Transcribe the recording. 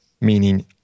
meaning